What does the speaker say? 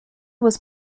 was